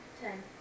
Ten